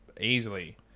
easily